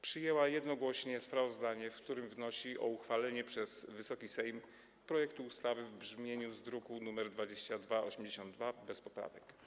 przyjęła jednogłośnie sprawozdanie, w którym wnosi o uchwalenie przez Wysoki Sejm projektu ustawy w brzmieniu z druku nr 2283 bez poprawek.